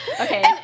Okay